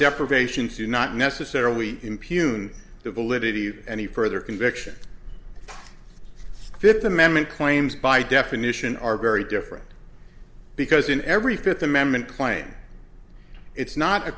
deprivation to not necessarily impugn the validity of any further convictions fifth amendment claims by definition are very different because in every fifth amendment claim it's not a